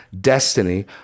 destiny